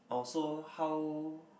oh so how